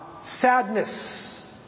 sadness